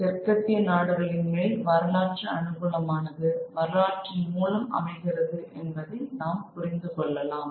தெற்கத்திய நாடுகளின் மேல் வரலாற்று அனுகூலமானது வரலாற்றின் மூலம் அமைகிறது என்பதை நாம் புரிந்து கொள்ளலாம்